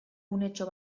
unetxo